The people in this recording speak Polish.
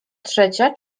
trzecia